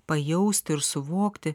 pajausti ir suvokti